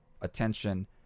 attention